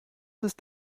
ist